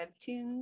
webtoons